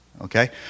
Okay